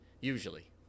usually